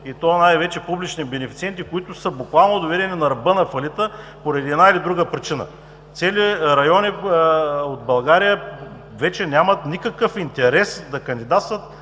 и то най-вече публични, които са буквално доведени на ръба на фалита поради една или друга причина. Цели райони от България вече нямат никакъв интерес да кандидатстват